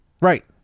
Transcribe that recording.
Right